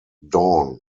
dawn